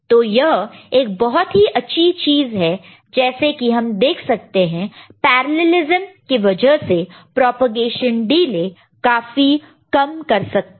तो यह एक बहुत ही अच्छी चीज है जैसे कि हम देख सकते हैं पैरॅलेलिज्म के वजह से प्रोपेगेशन डीले काफी कम कर सकते हैं